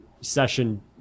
session